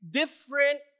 different